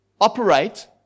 Operate